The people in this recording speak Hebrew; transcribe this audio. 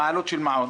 מה העלות של מיטה?